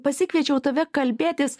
pasikviečiau tave kalbėtis